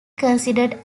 considered